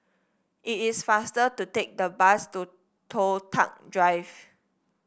it is faster to take the bus to Toh Tuck Drive